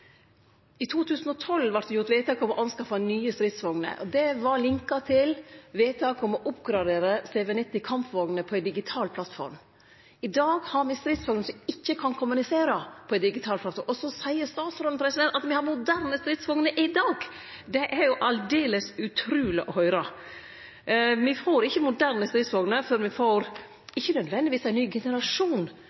I 2012 vart det gjort vedtak om å skaffe nye stridsvogner. Det var linka til vedtaket om å oppgradere CV-90 kampvogner på ei digital plattform. I dag har me stridsvogner som ikkje kan kommunisere på ei digital plattform, og så seier statsråden at vi har moderne stridsvogner i dag. Det er aldeles utruleg å høyre. Me får ikkje moderne stridsvogner før me får ikkje nødvendigvis ein ny